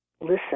listen